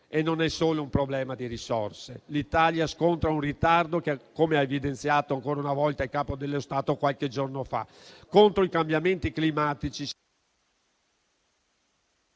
e non è solo un problema di risorse: l'Italia sconta un ritardo, come ha evidenziato ancora una volta il Capo dello Stato qualche giorno fa. Contro i cambiamenti climatici...